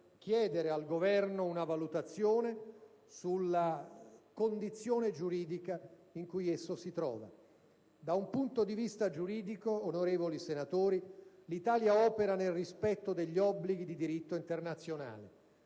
chiedere al Governo una valutazione sulla condizione giuridica in cui esso si trova. Da un punto di vista giuridico, onorevoli senatori, l'Italia opera nel rispetto degli obblighi di diritto internazionale.